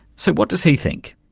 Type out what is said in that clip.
so, what does he think?